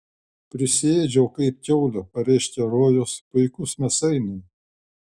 prisiėdžiau kaip kiaulė pareiškė rojus puikūs mėsainiai